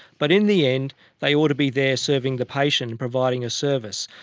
but in the end they ought to be there serving the patient and providing a service.